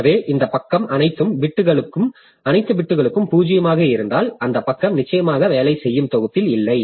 எனவே இந்த பக்கம் அனைத்து பிட்களும் 0 ஆக இருந்தால் அந்த பக்கம் நிச்சயமாக வேலை செய்யும் தொகுப்பில் இல்லை